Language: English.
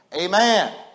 Amen